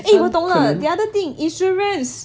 eh 我懂了 the other thing insurance